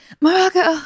Morocco